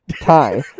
Tie